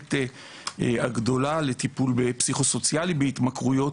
המערכת הגדולה לטיפול בפסיכו-סוציאלי בהתמכרויות,